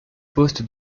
poste